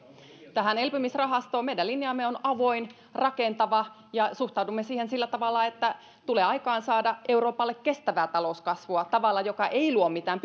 tähän elpymisrahastoon meidän linjamme on avoin ja rakentava ja suhtaudumme siihen sillä tavalla että tulee aikaansaada euroopalle kestävää talouskasvua tavalla joka ei luo mitään